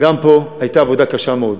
גם פה הייתה עבודה קשה מאוד.